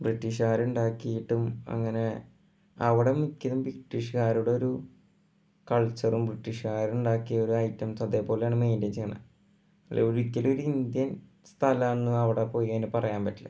ബ്രിട്ടീഷ്കാർ ഉണ്ടാക്കിയിട്ടും അങ്ങനെ അവിടെ മിക്കതും ബ്രിട്ടീഷ്കാരുടെ ഒരു കൾച്ചറും ബ്രിട്ടീഷ്കാരുണ്ടാക്കിയ ഒരു ഐറ്റംസ് അതേ പോലെയാണ് മെയിൻറ്റയ്ൻ ചെയ്യുന്നത് ഒരിക്കലും ഒരു ഇന്ത്യൻ സ്ഥലമാണ് അവിടെ പോയി കഴിഞ്ഞാൽ പറയാൻ പറ്റില്ല